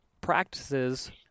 practices